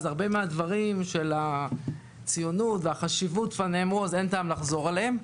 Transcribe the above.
הרבה מהדברים על הציונות והחשיבות כבר נאמרו ואין טעם לחזור עליהם.